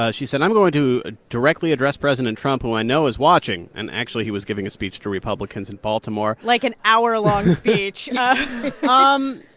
ah she said, i'm going to ah directly address president trump, who i know is watching. and actually, he was giving a speech to republicans in baltimore like, an hour-long speech um